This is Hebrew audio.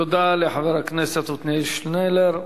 תודה לחבר הכנסת עתניאל שנלר.